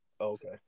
Okay